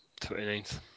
29th